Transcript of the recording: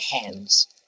hands